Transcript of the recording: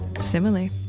simile